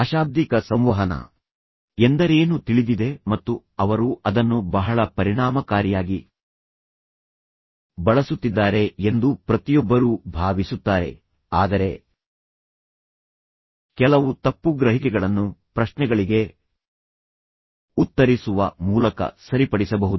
ಅಶಾಬ್ದಿಕ ಸಂವಹನ ಎಂದರೇನು ತಿಳಿದಿದೆ ಮತ್ತು ಅವರು ಅದನ್ನು ಬಹಳ ಪರಿಣಾಮಕಾರಿಯಾಗಿ ಬಳಸುತ್ತಿದ್ದಾರೆ ಎಂದು ಪ್ರತಿಯೊಬ್ಬರೂ ಭಾವಿಸುತ್ತಾರೆ ಆದರೆ ಕೆಲವು ತಪ್ಪುಗ್ರಹಿಕೆಗಳನ್ನು ಪ್ರಶ್ನೆಗಳಿಗೆ ಉತ್ತರಿಸುವ ಮೂಲಕ ಸರಿಪಡಿಸಬಹುದು